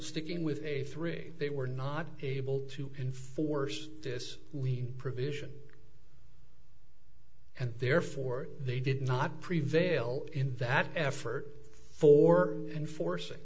sticking with a three they were not able to enforce this provision and therefore they did not prevail in that effort for enforcing